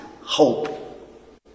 hope